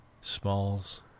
Smalls